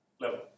level